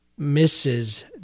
Mrs